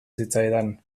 zitzaidan